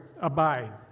abide